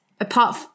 apart